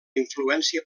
influència